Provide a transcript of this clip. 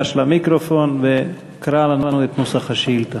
גש למיקרופון וקרא לנו את נוסח השאילתה.